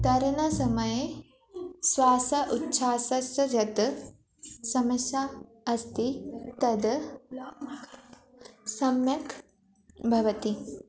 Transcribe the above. तरणसमये श्वास उछ्वासस्स यत् समस्सा अस्ति तद् सम्यक् भवति